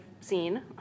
seen